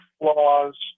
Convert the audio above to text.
flaws